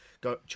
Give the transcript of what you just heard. go